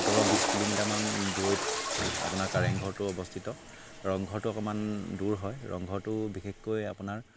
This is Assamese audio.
সোতৰ বিছ কিলোমিটাৰমান দূৰৈত আপোনাৰ কাৰেংঘৰটো অৱস্থিত ৰংঘৰটো অকণমান দূৰ হয় ৰংঘৰটো বিশেষকৈ আপোনাৰ